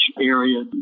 area